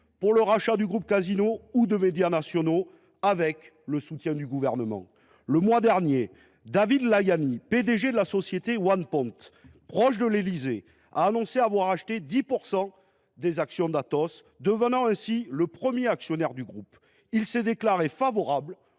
pour les rachats du groupe Casino ou de médias nationaux, qu’il a effectués avec le soutien du Gouvernement. Le mois dernier, David Layani, PDG de la société Onepoint, proche de l’Élysée, a annoncé avoir acheté 10 % des actions d’Atos, devenant ainsi le premier actionnaire du groupe. Il s’est déclaré favorable